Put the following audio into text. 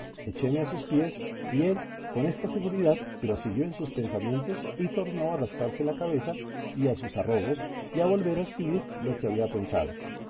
echéme a sus pies y él con esta seguridad prosiguió en sus pensamientos y tornó a rascarse la cabeza y a sus arrobos y a volver a escribir lo que había pensado